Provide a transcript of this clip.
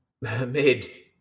made